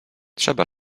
trzeba